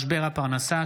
בהצעתם